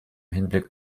hinblick